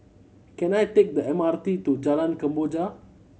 can I take the M R T to Jalan Kemboja